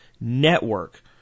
network